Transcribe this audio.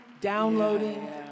downloading